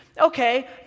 Okay